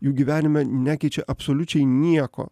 jų gyvenime nekeičia absoliučiai nieko